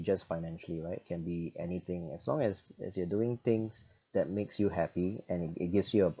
just financially right can be anything as long as as you are doing things that makes you happy and it it gives you a